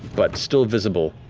but still visible,